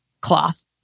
cloth